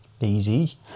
Easy